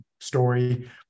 story